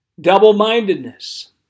Double-mindedness